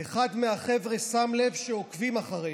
אחד מהחבר'ה שם לב שעוקבים אחרינו.